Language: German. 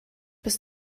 bis